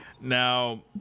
Now